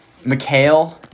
McHale